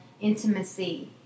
intimacy